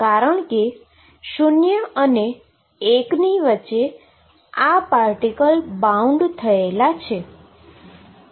કારણ કે 0 અને l ની વચ્ચે આ પાર્ટીકલ બાઉન્ડ થયેલા છે